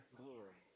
glory